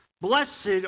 Blessed